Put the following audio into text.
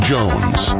Jones